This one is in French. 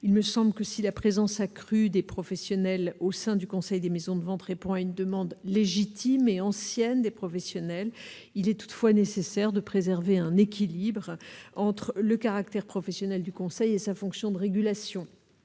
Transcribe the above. il me semble que si la présence accrue des professionnels au sein du Conseil des maisons de vente répond à une demande légitime et ancienne des professionnels, il est toutefois nécessaire de préserver un équilibre entre le caractère professionnel du Conseil et sa fonction de régulation